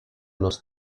nos